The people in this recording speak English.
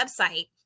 website